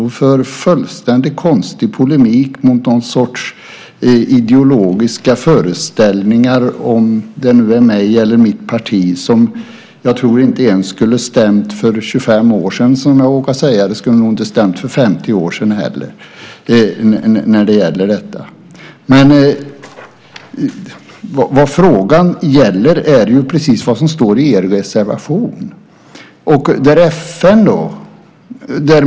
Hon för en fullständigt konstig polemik mot någon sorts ideologiska föreställningar, om det nu är mot mig eller mitt parti, som jag tror inte ens skulle ha stämt för 25 år sedan, och det skulle nog inte stämt för 50 år sedan heller. Vad frågan gäller är precis vad som står i reservationen.